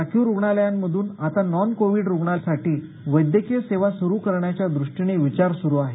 राखीव रूग्णालयांमधून आता नॉन कोविड रूग्णांसाठी वैदयकीय सेवा सुरू करण्याच्या दृष्टीनं वििचार सुरू आहे